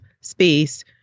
space